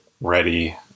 ready